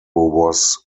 was